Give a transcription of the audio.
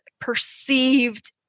perceived